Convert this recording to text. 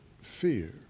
fear